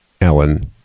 Ellen